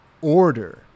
order